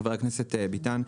חבר הכנסת ביטן,